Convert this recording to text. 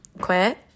quit